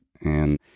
and-